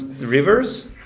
rivers